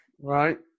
Right